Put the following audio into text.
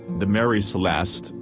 the mary celeste,